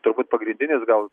turbūt pagrindinis gal